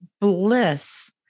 bliss